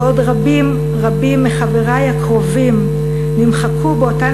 ועוד רבים רבים מחברי הקרובים נמחקו באותן